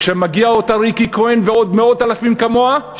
כשזה מגיע לאותה ריקי כהן ועוד מאות אלפים כמוה,